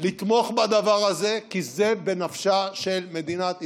לתמוך בדבר הזה, כי זה בנפשה של מדינת ישראל.